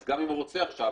אז גם אם הוא רוצה עכשיו,